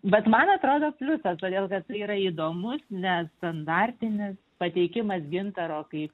bet man atrodo pliusas todėl kad tai yra įdomus nestandartinis pateikimas gintaro kaip